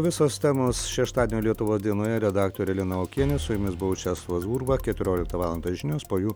visos temos šeštadienio lietuvos dienoje redaktorė lina okienė su jumis buvau česlovas burba keturioliktą valandą žinios po jų